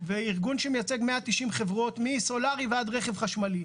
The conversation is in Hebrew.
וארגון שמייצג 190 חברות מסולארי ועד רכב חשמלי.